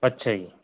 ਅੱਛਾ ਜੀ